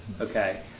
Okay